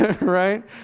right